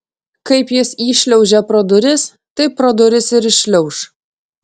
kaip jis įšliaužė pro duris taip pro duris ir iššliauš